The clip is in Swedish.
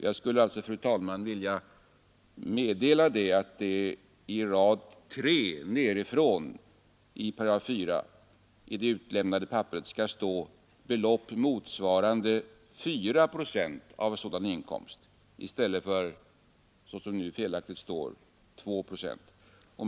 Jag skulle alltså, fru talman, vilja meddela att det på tredje raden nedifrån i 4 §i det utdelade papperet skall stå ”belopp motsvarande fyra procent av sådan inkomst” i stället för, såsom det nu felaktigt står, två procent.